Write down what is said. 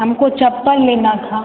हमको चप्पल लेनी थी